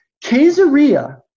Caesarea